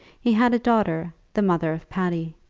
he had a daughter, the mother of patty,